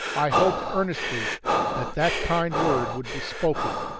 i hoped earnestly that that kind word would be spoken.